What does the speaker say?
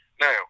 Now